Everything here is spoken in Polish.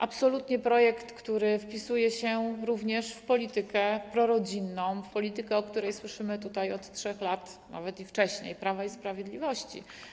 Absolutnie jest to projekt, który wpisuje się w politykę prorodzinną, w politykę, o której słyszymy tutaj od 3 lat, nawet i wcześniej, Prawa i Sprawiedliwości.